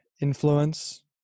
influence